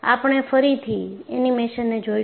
આપણે ફરીથી એનિમેશનને જોઈશું